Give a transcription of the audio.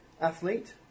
athlete